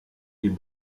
est